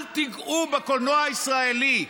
אל תיגעו בקולנוע הישראלי.